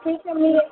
ठीक आहे मी ये